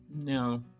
No